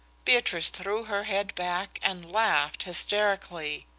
beatrice threw her head back and laughed hysterically.